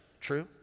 True